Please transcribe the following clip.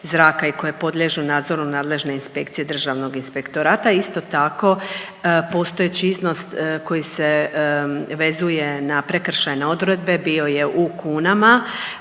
i koje podliježu nadzoru nadležne inspekcije Državnog inspektorata i isto tako postojeći iznos koji se vezuje na prekršajne odredbe bio je u kunama,